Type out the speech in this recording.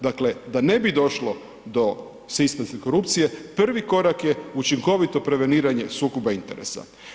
Dakle, da ne bi došlo do sistemske korupcije, prvi korak je učinkovito preveniranje sukoba interesa.